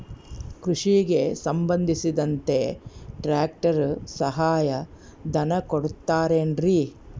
ಕೃಷಿಗೆ ಸಂಬಂಧಿಸಿದಂತೆ ಟ್ರ್ಯಾಕ್ಟರ್ ಸಹಾಯಧನ ಕೊಡುತ್ತಾರೆ ಏನ್ರಿ?